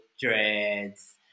dreads